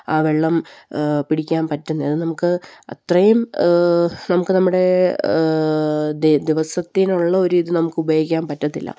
ആ വെള്ളം പിടിക്കാൻ പറ്റുന്നത് അത് നമുക്ക് അത്രയും നമുക്ക് നമ്മുടെ ദിവസത്തിനുള്ള ഒരിത് നമുക്ക് ഉപയോഗിക്കാൻ പറ്റില്ല